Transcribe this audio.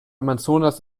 amazonas